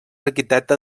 arquitecte